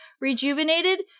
rejuvenated